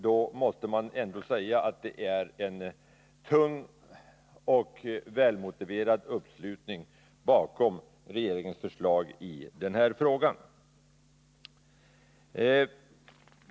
Då måste man ändå säga att det är en tung och välmotiverad uppslutning bakom regeringens förslag i den här frågan.